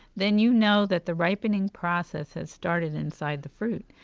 then you know that the ripening process has started inside the fruit.